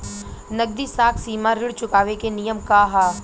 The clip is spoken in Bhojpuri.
नगदी साख सीमा ऋण चुकावे के नियम का ह?